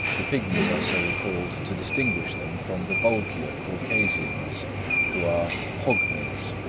the pigmies are so called to distinguish them from the bulkier caucasians who are hogmies.